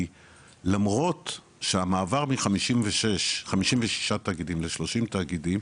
כי למרות שהמעבר מ- 56 תאגידים ל- 30 תאגידים,